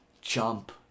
jump